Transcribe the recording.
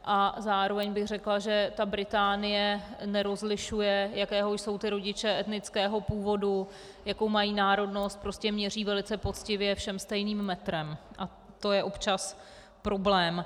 A zároveň bych řekla, že Británie nerozlišuje, jakého jsou rodiče etnického původu, jakou mají národnost, prostě měří velice poctivě všem stejným metrem a to je občas problém.